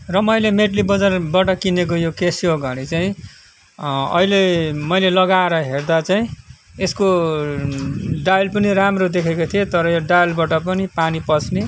र मैले यो मेटली बजारबाट किनेको यो केसियो घडी चाहिँ अहिले मैले लगाएर हेर्दा चाहिँ यसको डायल पनि राम्रो देखेको थिएँ तर यो डायलबाट पनि पानी पस्ने